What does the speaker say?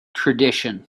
tradition